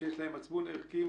שיש להם מצפון ערכי,